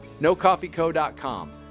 Nocoffeeco.com